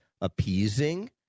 appeasing